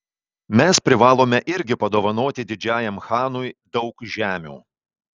mes privalome irgi padovanoti didžiajam chanui daug žemių